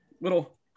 Little